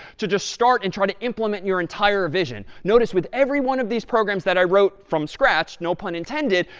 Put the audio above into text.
to just start and try to implement your entire vision. notice with every one of these programs that i wrote from scratch, no pun intended,